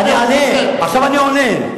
עכשיו אני עונה,